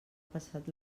passat